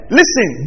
listen